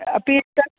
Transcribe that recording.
अपि तत्